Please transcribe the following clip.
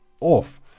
off